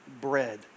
bread